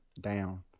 down